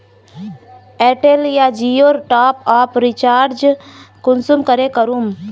Airtel या जियोर top up recharge कुंसम करे करूम?